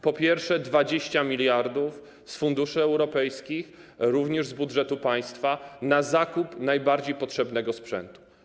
Po pierwsze, 20 mld z funduszy europejskich, również z budżetu państwa, na zakup najbardziej potrzebnego sprzętu.